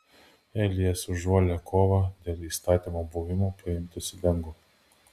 elijas už uolią kovą dėl įstatymo buvo paimtas į dangų